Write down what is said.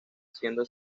siendo